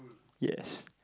yes